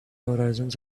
horizons